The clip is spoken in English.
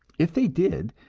if they did,